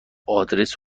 آدرس